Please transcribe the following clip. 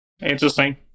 Interesting